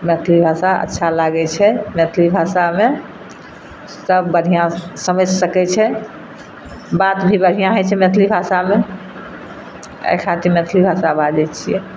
मैथिली भाषा अच्छा लागैत छै मैथिली भाषामे सब बढ़िआँ समझि सकैत छै बात भी बढ़िआँ होइत छै मैथिली भाषामे एहि खातिर मैथिली भाषा बाजैत छियै